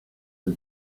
had